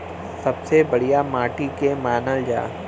सबसे बढ़िया माटी के के मानल जा?